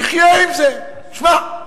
נחיה עם זה, תשמע.